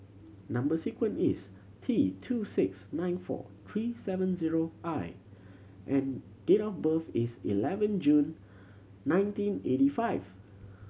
number sequence is T two six nine four three seven zero I and date of birth is eleven June nineteen eighty five